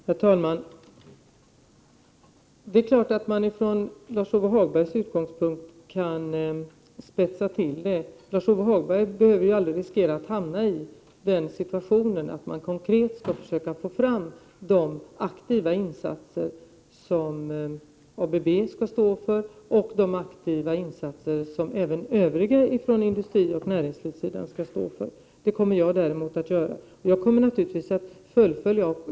Herr talman! Det är klart att man från Lars-Ove Hagbergs utgångspunkt kan spetsa till frågan. Men Lars-Ove Hagberg behöver ju aldrig riskera att hamna i en situation där det gäller att konkret arbeta för att vidta de aktiva insatser som ABB skall stå för och även de aktiva insatser som det övriga näringslivet och industrin har ett ansvar för. Däremot kommer jag att riskera att hamna i en sådan situation, men naturligtvis kommer jag att fullfölja det hela.